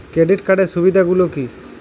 Credit কার্ডের সুবিধা গুলো কি?